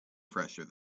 pressure